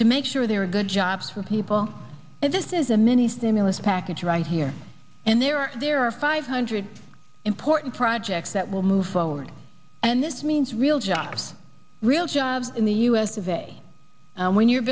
to make sure there are good jobs for people and this is a mini stimulus package right here and there are there are five hundred important projects that will move forward and this means real jobs real jobs in the u s today when you're